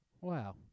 Wow